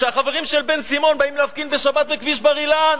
כשהחברים של בן-סימון באים להפגין בשבת בכביש בר-אילן,